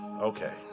okay